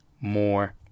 more